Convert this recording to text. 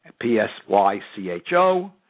P-S-Y-C-H-O